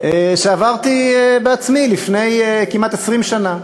שעברתי בעצמי לפני כמעט 20 שנה.